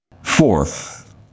Fourth